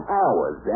hours